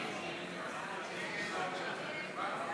נתקבלה.